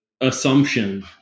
assumption